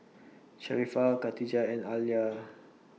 Sharifah Khatijah and Alya